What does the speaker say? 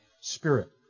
spirit